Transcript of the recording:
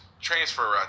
transfer